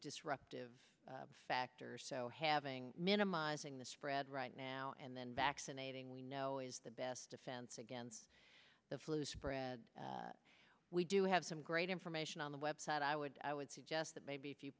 disruptive factor so having minimizing the spread right now and then vaccinating we know is the best defense against the flu spread we do have some great information on the web site i would i would suggest that maybe if you